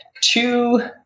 two